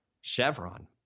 Chevron